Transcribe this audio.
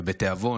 ובתיאבון.